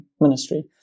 ministry